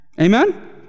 Amen